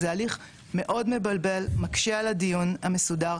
זה הליך מאוד מבלבל מקשה על הדיון המסודר,